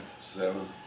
Seven